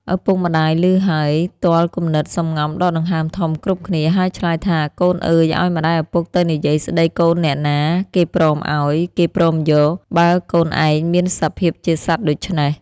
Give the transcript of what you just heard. ឪពុក ម្ដាយឮហើយ ទ័លគំនិតសម្ងំដកដង្ហើមធំគ្រប់គ្នា ហើយឆ្លើយថា កូនអើយ ឱ្យម្ដាយឪពុកទៅនិយាយស្ដីកូនអ្នកណាគេព្រមឱ្យ គេព្រមយក បើកូនឯងមានសភាពជាសត្វដូច្នេះ។